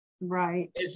right